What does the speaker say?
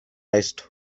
esto